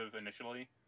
initially